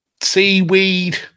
seaweed